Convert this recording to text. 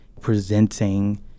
presenting